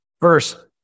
first